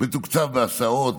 מתוקצב בהסעות,